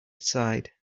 side